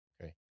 Okay